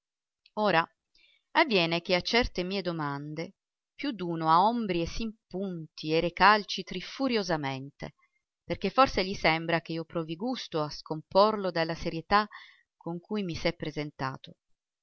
ora avviene che a certe mie domande più d'uno aombri e s'impunti e recalcitri furiosamente perché forse gli sembra ch'io provi gusto a scomporlo dalla serietà con cui mi s'è presentato